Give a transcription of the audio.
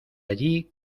allí